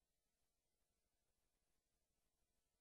אני